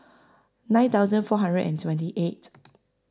nine thousand four hundred and twenty eight